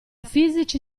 fisici